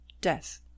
death